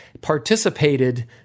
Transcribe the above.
participated